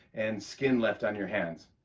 and skin left on your hands.